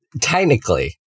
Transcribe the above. Technically